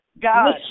God